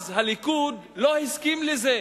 אז הליכוד לא הסכים לזה,